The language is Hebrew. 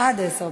עד עשר דקות.